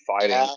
fighting